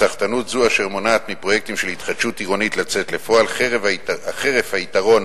סחטנות אשר מונעת מפרויקטים של התחדשות עירונית לצאת לפועל חרף היתרון